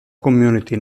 community